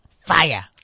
Fire